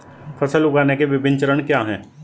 फसल उगाने के विभिन्न चरण क्या हैं?